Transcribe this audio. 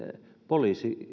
poliisi myös